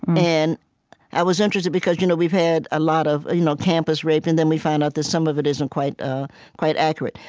and i was interested, because you know we've had a lot of you know campus rape, and then we find out that some of it isn't quite ah quite accurate.